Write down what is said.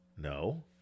No